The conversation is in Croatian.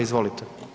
Izvolite.